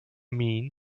mean